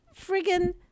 friggin